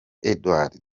eduardo